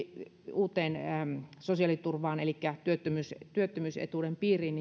uuteen sosiaaliturvaan elikkä työttömyysetuuden piiriin